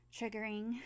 triggering